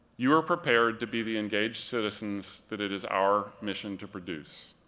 you are prepared to be the engaged citizens that it is our mission to produce.